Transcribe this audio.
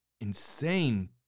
insane